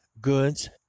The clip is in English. goods